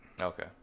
Okay